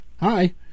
Hi